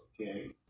okay